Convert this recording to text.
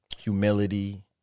humility